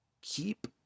keep